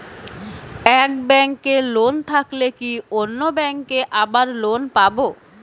এক ব্যাঙ্কে লোন থাকলে কি অন্য ব্যাঙ্কে আবার লোন পাব?